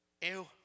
Ew